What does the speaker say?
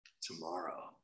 tomorrow